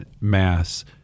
mass